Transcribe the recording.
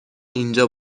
اینجا